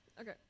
Okay